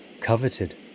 coveted